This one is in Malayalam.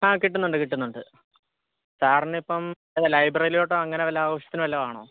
ആ കിട്ടുന്നുണ്ട് കിട്ടുന്നുണ്ട് സാറിനിപ്പം വല്ല ലൈബ്രറിയിലോട്ടോ അങ്ങനെ വല്ല ആവശ്യത്തിന് വല്ലതും ആണോ